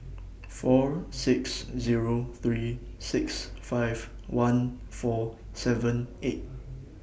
four six Zero three six five one four seven eight